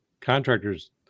contractors